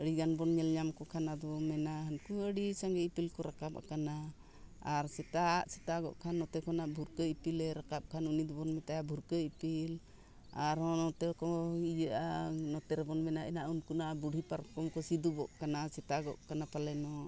ᱟᱹᱰᱤ ᱜᱟᱱ ᱵᱚᱱ ᱧᱮᱞ ᱧᱟᱢ ᱠᱚ ᱠᱷᱟᱱ ᱟᱫᱚ ᱢᱮᱱᱟ ᱦᱟᱱᱠᱩ ᱟᱹᱰᱤ ᱥᱟᱸᱜᱮ ᱤᱯᱤᱞ ᱠᱚ ᱨᱟᱠᱟᱵ ᱟᱠᱟᱱᱟ ᱟᱨ ᱥᱮᱛᱟᱜ ᱥᱮᱛᱟᱜᱚᱜ ᱠᱷᱟᱱ ᱱᱚᱛᱮ ᱠᱷᱚᱱᱟᱜ ᱵᱷᱩᱨᱠᱟᱹ ᱤᱯᱤᱞᱮ ᱨᱟᱠᱟᱵ ᱠᱷᱟᱱ ᱩᱱᱤ ᱫᱚᱵᱚᱱ ᱢᱮᱛᱟᱭᱟ ᱵᱷᱩᱨᱠᱟᱹ ᱤᱯᱤᱞ ᱟᱨᱦᱚᱸ ᱱᱚᱛᱮ ᱠᱚ ᱤᱭᱟᱹᱜᱼᱟ ᱱᱚᱛᱮ ᱨᱮᱵᱚᱱ ᱢᱮᱱᱟ ᱮᱱᱟ ᱩᱱᱠᱩᱣᱟᱜ ᱵᱩᱰᱦᱤ ᱯᱟᱨᱠᱚᱢ ᱠᱚ ᱥᱤᱫᱩᱵᱚᱜ ᱠᱟᱱᱟ ᱥᱮᱛᱟᱜᱚᱜ ᱠᱟᱱᱟ ᱯᱟᱞᱮᱱᱚᱜ